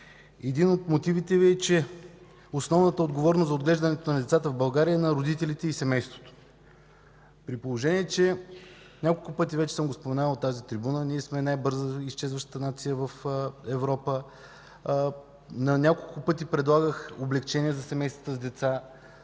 един от мотивите Ви е, че основната отговорност за отглеждането на децата в България е на родителите и семейството. Няколко пъти вече съм споменавал от тази трибуна, при положение че ние сме най-бързо изчезващата нация в Европа, на няколко пъти предлагах облекчения за семействата с деца